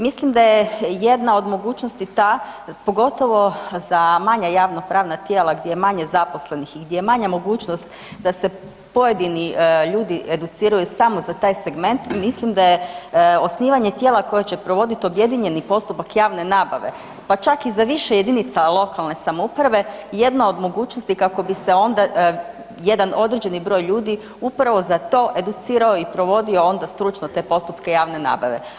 Mislim da je jedna od mogućnosti ta, pogotovo za manja javnopravna tijela gdje je manje zaposlenih i gdje je manja mogućnost da se pojedini ljudi educiraju samo za taj segment, mislim da je osnivanje tijela koje će provodit objedinjeni postupak javne nabave, pa čak i za više JLS-ova jedna od mogućnosti kako bi se onda jedan određeni broj ljudi upravo za to educirao i provodio onda stručno te postupke javne nabave.